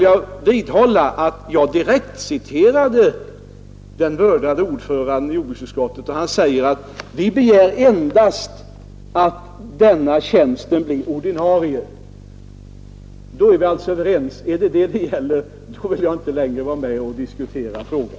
Jag vidhåller att jag direkt citerade den vördade ordföranden i jordbruksutskottet då han säger att ”vi begär endast att denna tjänst blir ordinarie”. Är det bara detta saken gäller vill jag inte längre vara med och diskutera frågan.